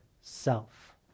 self